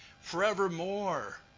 forevermore